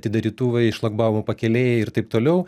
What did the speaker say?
atidarytuvai šlagbaumų pakėlėjai ir taip toliau